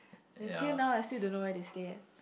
until now I still don't know where they stay at